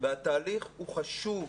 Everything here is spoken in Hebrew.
התהליך הוא חשוב,